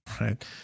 Right